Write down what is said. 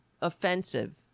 offensive